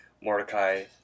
Mordecai